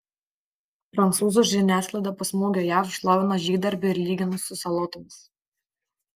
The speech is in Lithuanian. prancūzų žiniasklaida po smūgio jav šlovino žygdarbį ir lygino su salotomis